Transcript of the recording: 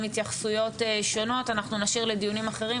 התייחסויות שונות אנחנו נשאיר לדיונים אחרים,